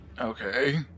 Okay